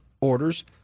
orders